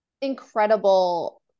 incredible